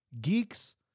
Geeks